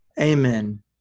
amen